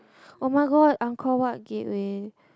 [oh]-my-god Angkor-Wat Gateway